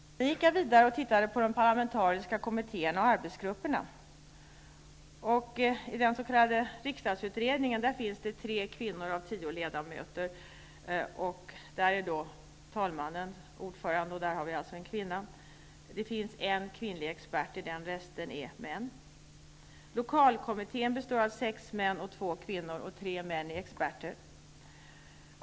Sedan gick jag vidare och tittade på de parlamentariska kommittéerna och arbetsgrupperna. I den s.k. riksdagsutredningen finns det tre kvinnor av tio ledamöter. Där är talmannen ordförande, och där har vi alltså en kvinna. Det finns en kvinnlig expert där, resten är män. Lokalkommittén består av sex män och två kvinnor. Tre män är experter.